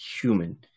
human